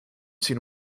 siin